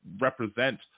represent